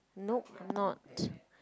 nope I'm not